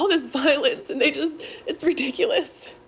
um is bullets and they just it's ridiculous.